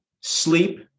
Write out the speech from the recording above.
sleep